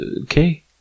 okay